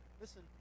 Listen